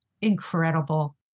incredible